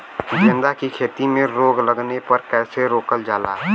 गेंदा की खेती में रोग लगने पर कैसे रोकल जाला?